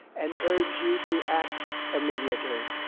and urge you to act immediately.